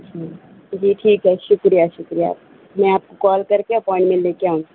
جی ٹھیک ہے شکریہ شکریہ میں آپ کو کال کر کے اپواینمنٹ لے کے آؤں گی